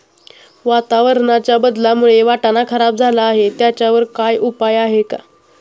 वातावरणाच्या बदलामुळे वाटाणा खराब झाला आहे त्याच्यावर काय उपाय आहे का?